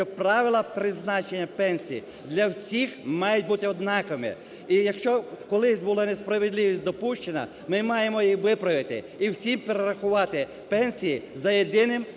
що правила призначення пенсій для всіх мають бути однакові і якщо колись була несправедливість допущена, ми маємо її виправити і всім перерахувати пенсії за єдиним